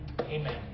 Amen